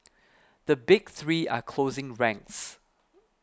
the big three are closing ranks